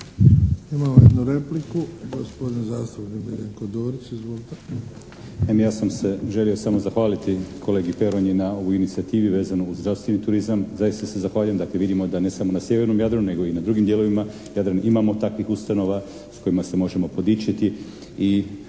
Imamo jednu repliku, gospodin zastupnik Miljenko Dorić. Izvolite. **Dorić, Miljenko (HNS)** Naime, ja sam se želio samo zahvaliti kolegi Peronji na ovoj inicijativi vezano uz zdravstveni turizam. Zaista se zahvaljujem. Dakle, vidimo da ne samo na sjevernom Jadranu nego i na drugim dijelovima Jadrana imamo takvih ustanova s kojima se možemo podičiti.